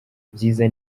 byiza